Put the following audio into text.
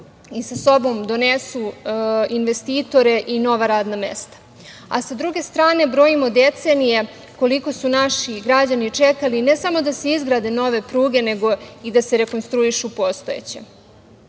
i sa sobom donesu investitore i nova radna mesta, a sa druge strane brojimo decenije koliko su naši građani čekali, ne samo da se izgrade nove pruge, nego da se rekonstruišu postojeće. Da